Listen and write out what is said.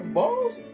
balls